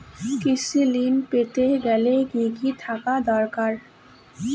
কৃষিঋণ পেতে গেলে কি কি থাকা দরকার?